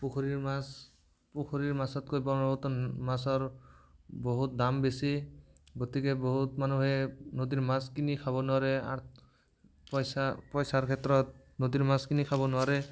পুখুৰীৰ মাছ পুখুৰীৰ মাছতকৈ ব্ৰহ্মপুত্ৰৰ মাছৰ বহুত দাম বেছি গতিকে বহুত মানুহে নদীৰ মাছ কিনি খাব নোৱাৰে আৰ পইচা পইচাৰ ক্ষেত্ৰত নদীৰ মাছ কিনি খাব নোৱাৰে